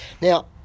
now